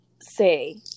say